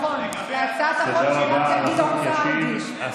זהו הצעה שמוצמדת להצעה של חבר הכנסת גינזבורג?